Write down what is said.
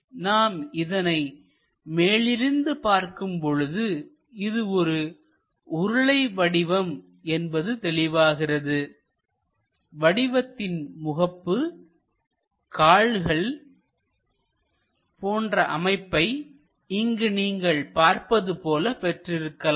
நாம் இதனை மேலிருந்து பார்க்கும் பொழுது இது ஒரு உருளை வடிவம் என்பது தெளிவாகிறது வடிவத்தின் முகப்பு கால்கள் போன்ற அமைப்பை இங்கு நீங்கள் பார்ப்பது போல பெற்றிருக்கலாம்